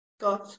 God